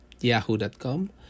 yahoo.com